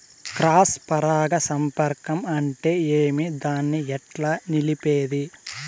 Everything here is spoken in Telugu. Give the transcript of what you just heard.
క్రాస్ పరాగ సంపర్కం అంటే ఏమి? దాన్ని ఎట్లా నిలిపేది?